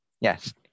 Yes